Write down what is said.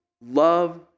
love